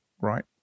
right